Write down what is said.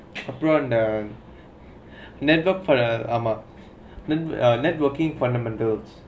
upon network for ஆமா:aamaa networking fundamentals